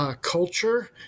Culture